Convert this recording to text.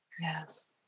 yes